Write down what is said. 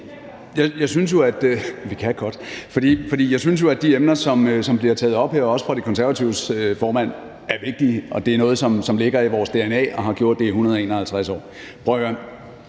Jeg synes jo, at de emner, som bliver taget op her, også af De Konservatives formand, er vigtige. Det er noget, som ligger i vores dna og har gjort det i 151 år. Prøv at høre: